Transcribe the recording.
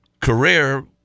career